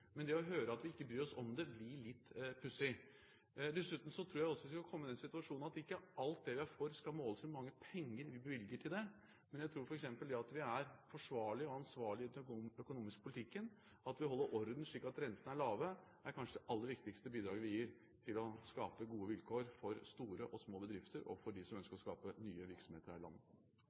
Men det å høre at vi ikke bryr oss om det, blir litt pussig. Dessuten tror jeg også vi skal komme i den situasjonen at ikke alt det vi er for, skal måles i hvor mange penger vi bevilger til det. Men jeg tror f.eks. at det at vi er forsvarlige og ansvarlige i den økonomiske politikken, at vi holder orden, slik at rentene er lave, kanskje er det aller viktigste bidraget vi gir til å skape gode vilkår for store og små bedrifter og for dem som ønsker å skape nye virksomheter her i landet.